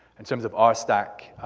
in terms of our stack,